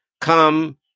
come